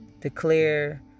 Declare